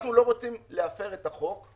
אנחנו לא רוצים להפר את החוק.